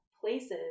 places